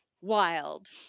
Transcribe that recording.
Wild